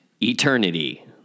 eternity